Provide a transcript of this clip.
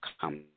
come